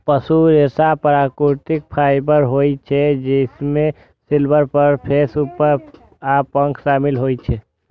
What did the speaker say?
पशु रेशा प्राकृतिक फाइबर होइ छै, जइमे सिल्क, फर, केश, ऊन आ पंख शामिल होइ छै